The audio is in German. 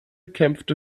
kämpfte